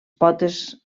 potes